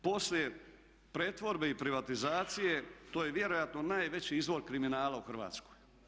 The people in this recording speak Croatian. Poslije pretvorbe i privatizacije to je vjerojatno najveći izvor kriminala u Hrvatskoj.